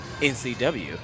NCW